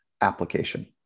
application